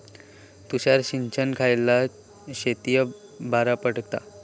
तुषार सिंचन खयल्या शेतीक बरा पडता?